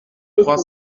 trois